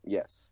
Yes